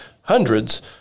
Hundreds